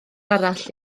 arall